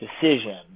decision